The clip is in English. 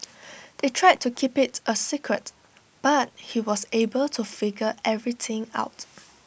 they tried to keep IT A secret but he was able to figure everything out